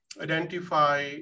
identify